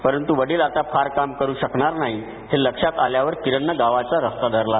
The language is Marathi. परंतु वडील आता फार काम करु शकणार नाही हे लक्षात आल्यावर किरणनं गावाचा रस्ता धरला